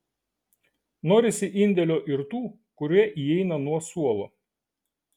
norisi indėlio ir tų kurie įeina nuo suolo